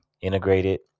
integrated